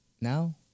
now